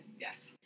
Yes